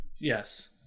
Yes